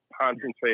concentrate